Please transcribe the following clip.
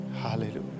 Hallelujah